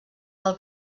del